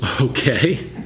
Okay